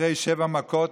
אחרי שבע מכות,